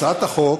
הצעת החוק